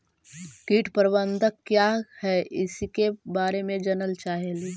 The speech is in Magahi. कीट प्रबनदक क्या है ईसके बारे मे जनल चाहेली?